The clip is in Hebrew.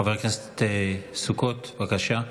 חבר הכנסת סוכות, בבקשה.